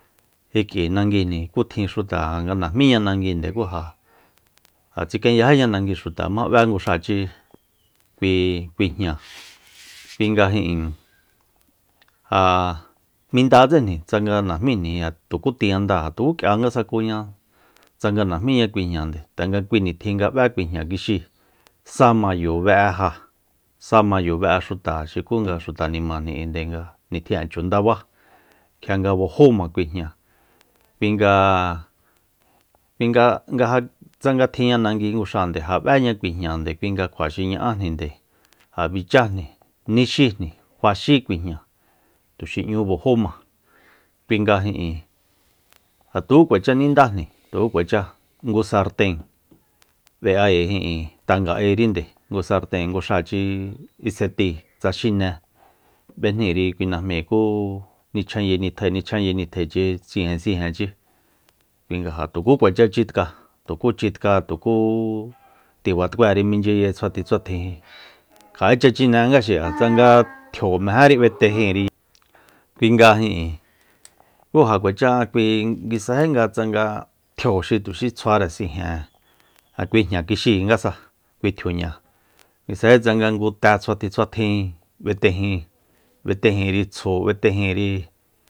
Kik'ui nanguijni kú tjin xuta nga najmíña nanguinde kú ja tsikenyájíña nagui xuta jma b'é nguxáachi kui- kuijña kuinga ijin ja mindatséjni tsanga najmíjniji ja tukú tiendáa ja tukú k'ia nga sakuña tsanga najmíña kui jñande tanga kui nitjin nga b'é kui jña kixíi sa mayo be'e ja sa mayo be'e xuta xukú nga xuta nimajni k'ui nde nga nitjin'e chu ndabá kjia nga bajó ma kui jña kui nga- kuin nga- nga- nga ja tsanga tjinña nangui nguxáa ja b'éña kui jñande kui nga kjua xi ña'ajninde ja bichájni nixíjni kjua xí kui jña tuxi ñ'ú bajó ma kuinga ijin ja tukú juachá nindájni tuku kuacha ngu sarten b'eái ijin tanga'airinde ngu sarten nguxáachi iseti tsa xine b'ejníri kui najmíi kú nichjanye nitjae nichjanye nitjaechi sijen- sijenchi kuinga ja tukú chitkáa tukú chitkáa tukú tibat'kuéri minchyiye tsjuatjin tsjuatjinji kja'écha chine nga xi'a tsanga tjio mejéri b'etejínri kui nga ijin kú ja kuacha kui nguisají tsanga nga tjio xi tuxi tsjuare sijen'e ja kui jña kixíingasa kui tjiuña nguisají tsanga ngu te tsjuatjin tsjuatjin b'etejin- b'etejinri tsju b'etejíinri